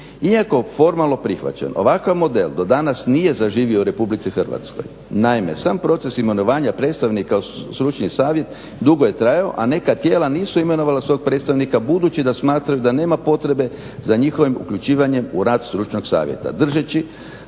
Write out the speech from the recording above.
iako formalno prihvaćen ovakav model do danas nije zaživio u RH. naime, sam proces imenovanja predstavnika u stručni savjet dugo je trajao, a neka tijela nisu imenovala svog predstavnika budući da smatraju da nema potrebe za njihovim uključivanjem u rad stručnog savjeta. Držeći